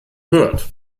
gehört